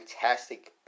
Fantastic